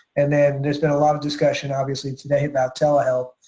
and then there's been a lot of discussion obviously today about telehealth,